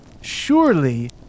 surely